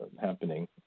happening